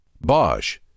Bosch